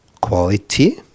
quality